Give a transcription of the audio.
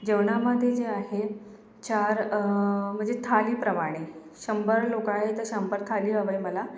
जेवणामध्ये जे आहे चार म्हणजे थाळी प्रमाणे शंभर लोकं आहे तर शंभर थाळी हवंय मला